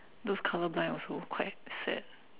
those color blind also quite sad